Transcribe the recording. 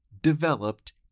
developed